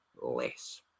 less